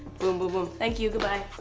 boom, boom, boom, thank you! good bye.